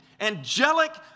angelic